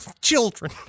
children